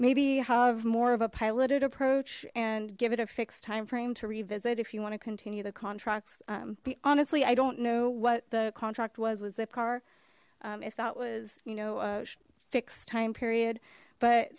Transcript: maybe have more of a piloted approach and give it a fixed timeframe to revisit if you want to continue the contracts the honestly i don't know what the contract was with zipcar if that was you know a fixed time period but